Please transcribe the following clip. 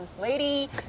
lady